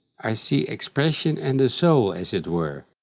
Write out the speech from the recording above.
i see expression and a soul, as it were.